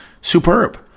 superb